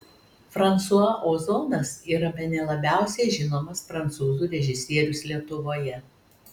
fransua ozonas yra bene labiausiai žinomas prancūzų režisierius lietuvoje